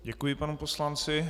Děkuji panu poslanci.